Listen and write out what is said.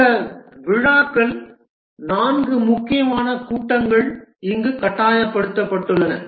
இந்த விழாக்கள் 4 முக்கியமான கூட்டங்கள் இங்கு கட்டாயப்படுத்தப்பட்டுள்ளன